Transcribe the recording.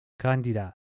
Candida